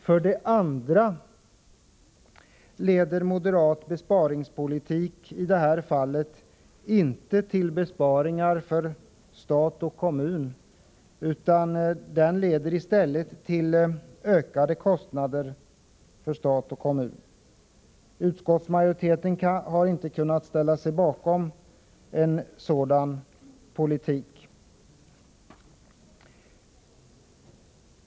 För det andra leder moderat besparingspolitik i det här fallet inte till besparingar för stat och kommun utan i stället till ökade kostnader. Utskottsmajoriteten har inte kunnat ställa sig bakom en sådan politik.